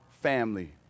family